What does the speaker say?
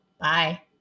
Bye